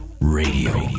Radio